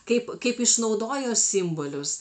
kaip kaip išnaudojo simbolius